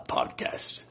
Podcast